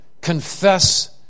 Confess